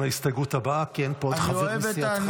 ההסתייגות הבאה כי אין פה עוד חבר מסיעתך.